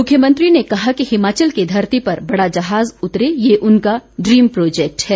मुख्यमंत्री ने कहा कि हिमाचल की धरती पर बड़ा जहाज़ उतरे ये उनका ड्रीम प्रोजेक्ट है